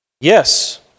Yes